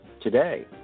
today